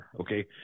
okay